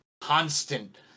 constant